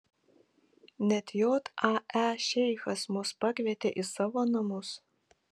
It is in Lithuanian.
net jae šeichas mus pakvietė į savo namus